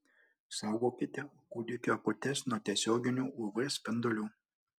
saugokite kūdikio akutes nuo tiesioginių uv spindulių